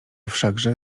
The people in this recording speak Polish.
wszakże